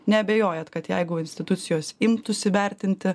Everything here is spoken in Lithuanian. neabejojat kad jeigu institucijos imtųsi vertinti